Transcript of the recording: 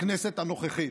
בכנסת הנוכחית,